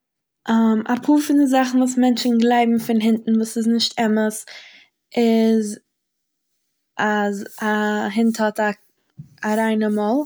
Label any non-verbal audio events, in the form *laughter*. *hesitation* אפאהר פון זאכן וואס מענטשען גלייבן פון הונטס וואס ס'נישט אמת איז אז א הונט האט א ריינע מויל,